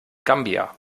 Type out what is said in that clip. gambia